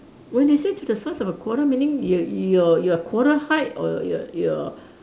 when they say to the size of a quarter meaning you're you're you're quarter height or your your